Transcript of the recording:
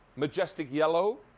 majestic yellow,